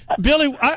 Billy